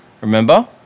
Remember